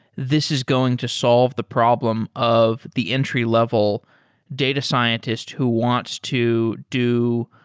this is going to solve the problem of the entry-level data scientist who wants to do